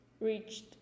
reached